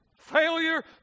failure